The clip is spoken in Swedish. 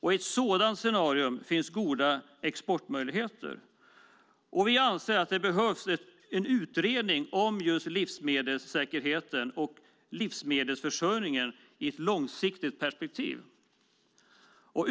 I ett sådant scenario finns goda exportmöjligheter. Vi anser att det behövs en utredning om livsmedelssäkerheten och livsmedelsförsörjningen i ett långsiktigt perspektiv.